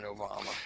Obama